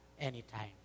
anytime